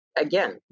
again